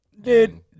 Dude